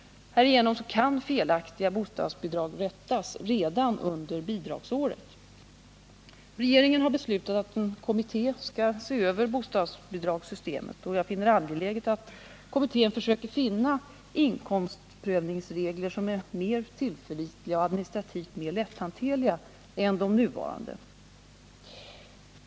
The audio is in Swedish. Härigenom kan felaktiga bostadsbidrag rättas redan under bidragsåret. Regeringen har beslutat att en kommitué skall se över bostadsbidragssystemet. Jag finner det angeläget att kommittén försöker finna inkomstprövningsregler som är mer tillförlitliga och administrativt mer lätthanterliga än de nuvarande.